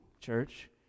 church